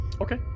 Okay